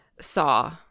Saw